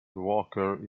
walker